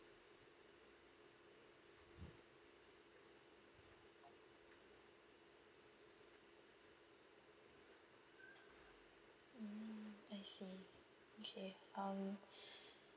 mm I see okay um